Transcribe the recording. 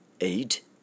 eight